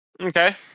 Okay